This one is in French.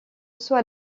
saut